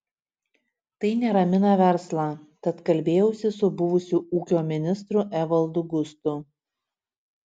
tai neramina verslą tad kalbėjausi su buvusiu ūkio ministru evaldu gustu